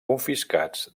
confiscats